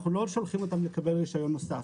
אנחנו לא שולחים אותם לקבל רישיון נוסף,